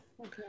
okay